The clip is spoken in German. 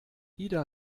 ida